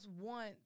want